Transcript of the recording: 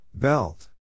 Belt